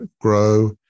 grow